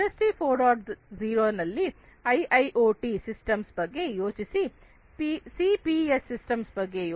0 ನಲ್ಲಿ IIoT systems ಬಗ್ಗೆ ಯೋಚಿಸಿ ಸಿಪಿಎಸ್ ಸಿಸ್ಟಮ್ಸ್ ಬಗ್ಗೆ ಯೋಚಿಸಿ